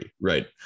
right